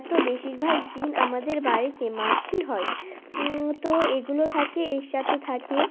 তো বেশিরভাগ দিন আমাদের বাড়িতে মাছই হয় তো এগুলো থাকে এর সাথে থাকে